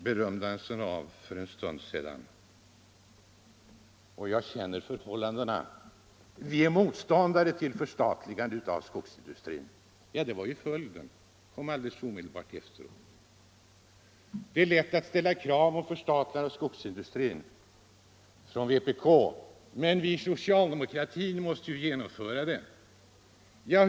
Hur är det egentligen ställt, herr Haglund? Jag känner till förhållandena: man är motståndare till ett förstatligande av skogsindustrin. Detta blev alltså följden, som kom omedelbart efteråt. Det är lätt för vpk att ställa krav på ett förstatligande av skogsindustrin, säger man, men vi i socialdemokratin måste ju i så fall genomföra det kravet.